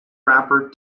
rapper